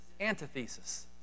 antithesis